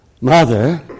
mother